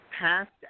passed